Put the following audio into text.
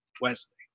wesley